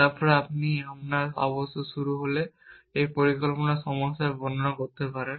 তারপর আপনি এই আমার শুরু অবস্থা বলে একটি পরিকল্পনা সমস্যা বর্ণনা করতে পারেন